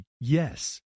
Yes